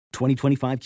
2025